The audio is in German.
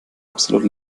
absolut